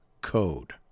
code